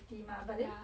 (uh huh)